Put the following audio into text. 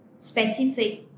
Specific